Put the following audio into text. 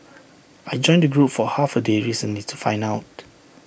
I joined the group for half A day recently to find out